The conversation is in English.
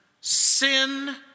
sin